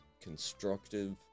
constructive